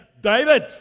David